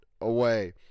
away